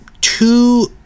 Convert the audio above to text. two